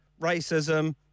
racism